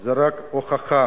זה רק הוכחה.